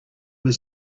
his